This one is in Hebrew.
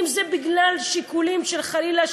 אם בגלל שיקולים של חלילה,